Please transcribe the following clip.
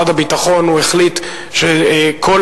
הוא החליט שמשרד הביטחון,